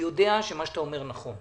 אני יודע שמה שאתה אומר נכון,